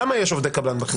למה יש עובדי קבלן בכנסת?